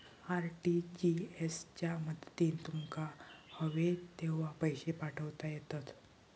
RTGS च्या मदतीन तुमका हवे तेव्हा पैशे पाठवता येतत